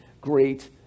great